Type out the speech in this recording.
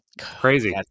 crazy